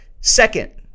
Second